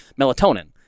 melatonin